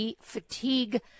fatigue